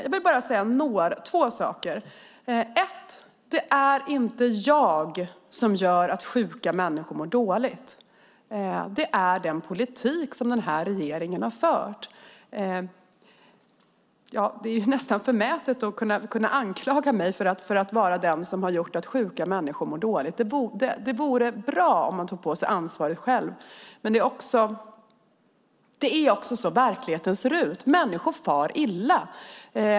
Jag vill emellertid ta upp två saker. För det första är det inte jag som gör att sjuka människor mår dåligt. Det är den politik som den nuvarande regeringen har fört. Det är nästan förmätet att anklaga mig för att vara den som gjort att sjuka människor mår dåligt. Det vore bra om man själv tog på sig det ansvaret. Det är emellertid så verkligheten ser ut. Människor far illa.